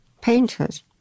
painters